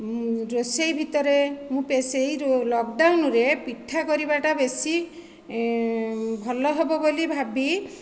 ରୋଷେଇ ଭିତରେ ମୁଁ ସେହି ଲକଡ଼ାଉନ୍ ରେ ପିଠା କରିବାଟା ବେଶି ଭଲ ହେବ ବୋଲି ଭାବି